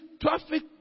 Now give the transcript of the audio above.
traffic